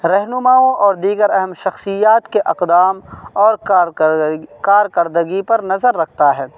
رہنماؤں اور دیگر اہم شخصیات کے اقدام اور کارکردگی پر نظر رکھتا ہے